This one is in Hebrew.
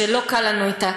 שלא קל לנו אתה,